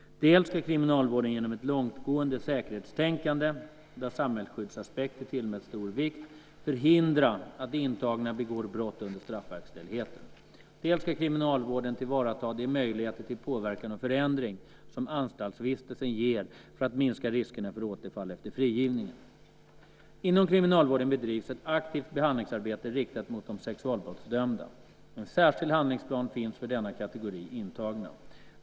Dels ska kriminalvården genom ett långtgående säkerhetstänkande, där samhällsskyddsaspekter tillmäts stor vikt, förhindra att intagna begår brott under straffverkställigheten. Dels ska kriminalvården tillvarata de möjligheter till påverkan och förändring som anstaltsvistelsen ger för att minska riskerna för återfall efter frigivningen. Inom kriminalvården bedrivs ett aktivt behandlingsarbete riktat mot de sexualbrottsdömda. En särskild handlingsplan finns för denna kategori intagna.